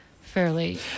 fairly